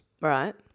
Right